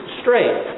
straight